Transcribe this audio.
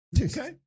Okay